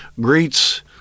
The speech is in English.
greets